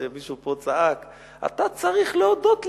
כשמישהו פה צעק: אתה צריך להודות לרוסיה,